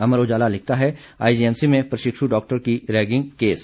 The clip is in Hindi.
अमर उजाला लिखता है आईजीएमसी में प्रशिक्षु डॉक्टर की रैगिंग केस